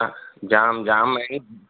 हा जाम जाम आहिनि